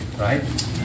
right